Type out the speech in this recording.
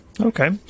Okay